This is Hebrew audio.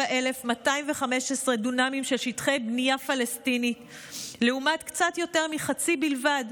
107,215 דונמים של שטח בנייה פלסטיני לעומת קצת יותר מחצי בלבד,